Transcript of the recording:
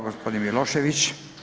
Gospodin Milošević.